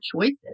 choices